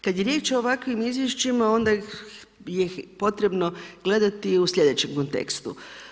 Kad je riječ o ovakvim izvješćima, onda je potrebno gledati u slijedećem kontekstu.